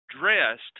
dressed